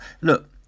look